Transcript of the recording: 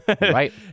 right